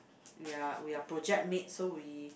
ya we are project mate so we